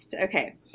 okay